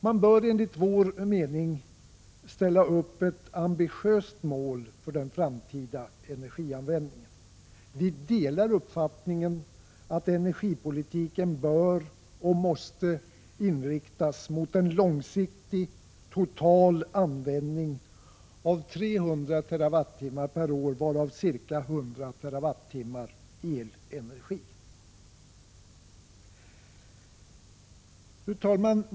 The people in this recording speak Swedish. Man bör enligt vår mening ställa upp ett ambitiöst mål för den framtida energianvändningen. Vi delar uppfattningen att energipolitiken bör och måste inriktas mot en långsiktig, total användning av 300 terawattimmar per år, varav ca 100 terawattimmar elenergi. Fru talman!